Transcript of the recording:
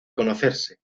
conocerse